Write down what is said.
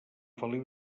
feliu